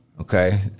okay